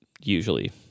usually